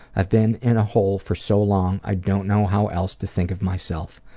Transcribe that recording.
i've been in a hole for so long, i don't know how else to think of myself.